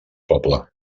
poble